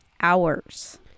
hours